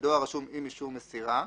בדואר רשום עם אישור מסירה,